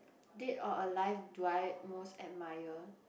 dead or alive do I most admire